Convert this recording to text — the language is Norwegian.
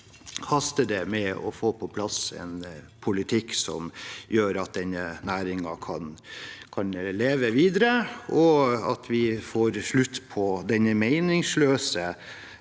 haster det med å få på plass en politikk som gjør at denne næringen kan leve videre, og at vi får slutt på den meningsløse